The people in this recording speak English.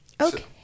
Okay